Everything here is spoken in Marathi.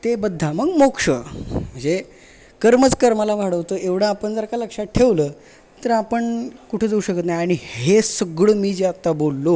ते बद्धा मग मोक्ष म्हजे कर्मच कर्माला वाढवतं एवढं आपण जर का लक्षात ठेवलं तर आपण कुठे जाऊ शकत नाही आणि हे सगळं मी जे आत्ता बोललो